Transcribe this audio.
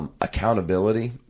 Accountability